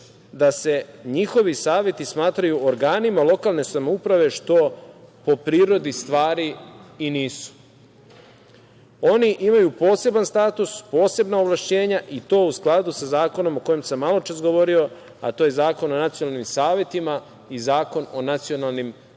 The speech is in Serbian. da se njihovi saveti smatraju organima lokalne samouprave što po prirodi stvari i nisu. Oni imaju poseban status, posebna ovlašćenja i to u skladu sa zakonom o kojem sam maločas govorio, a to je Zakon o nacionalnim savetima i Zakon o nacionalnim